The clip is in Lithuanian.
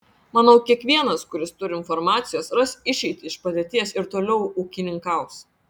manau kiekvienas kuris turi informacijos ras išeitį iš padėties ir toliau ūkininkaus